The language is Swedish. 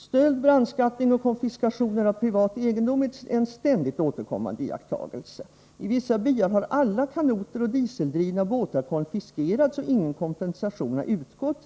Stöld, brandskattning och konfiskationer av privat egendom ——- är en ständigt återkommande iakttagelse. ——— I vissa byar har alla kanoter och dieseldrivna båtar konfiskerats och ingen kompensation har utgått.